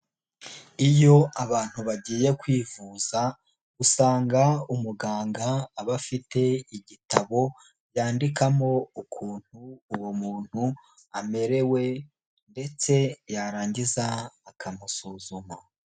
Iyo abantu bagiye kwivuza usanga umuganga aba afite igitabo yandikamo ukuntu uwo muntu amerewe ndetse yarangiza akamusuzuma.